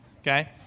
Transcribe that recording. okay